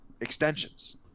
extensions